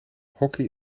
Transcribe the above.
hockey